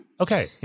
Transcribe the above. Okay